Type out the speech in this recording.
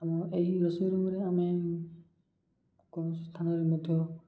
ଆମ ଏହି ରୋଷେଇ ରୁମ୍ରେ ଆମେ କୌଣସି ସ୍ଥାନରେ ମଧ୍ୟ